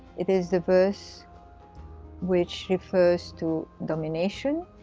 it is the verse which refers to domination,